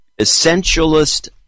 essentialist –